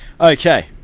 Okay